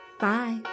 Bye